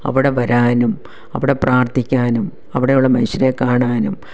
അവിടെ വരാനും അവിടെ പ്രാർത്ഥിക്കാനും അവടെയുള്ള മനുഷ്യരെ കാണാനും